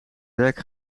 welk